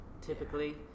typically